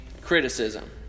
criticism